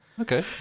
Okay